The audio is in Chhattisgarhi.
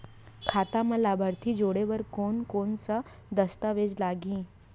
खाता म लाभार्थी जोड़े बर कोन कोन स दस्तावेज लागही?